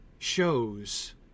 Shows